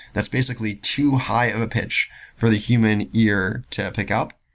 that's basically too high of a pitch for the human ear to pick up,